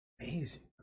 amazing